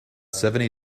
seventy